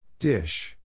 Dish